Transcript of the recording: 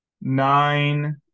Nine